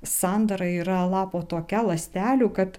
sandara yra lapo tokia ląstelių kad